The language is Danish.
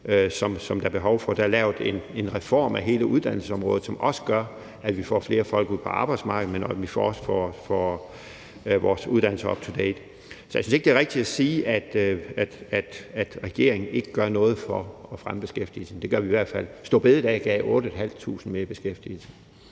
som der er behov for. Der er lavet en reform af hele uddannelsesområdet, som også gør, at vi får flere folk ud på arbejdsmarkedet, og at vi også får vores uddannelser up to date. Så jeg synes ikke, det er rigtigt at sige, at regeringen ikke gør noget for at fremme beskæftigelsen. Det gør vi i hvert fald. Afskaffelsen af store bededag gav 8.500 mere i beskæftigelse.